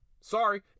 Sorry